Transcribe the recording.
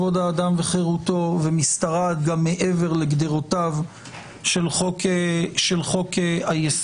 כבוד האדם וחירותו ומשתרעת גם מעבר לגדרותיו של חוק היסוד.